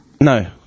No